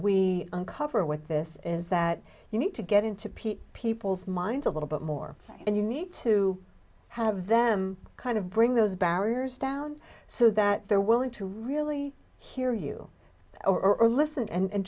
we uncover with this is that you need to get into peak people's minds a little bit more and you need to have them kind of bring those barriers down so that they're willing to really hear you or listen and